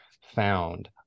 found